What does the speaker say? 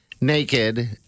naked